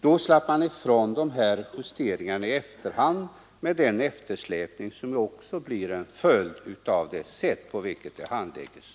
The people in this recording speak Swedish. Då slapp man ifrån justeringarna i efterhand och den eftersläpning som blir följden av det sätt på vilket saken nu handläggs.